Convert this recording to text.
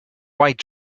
white